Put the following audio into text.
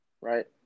right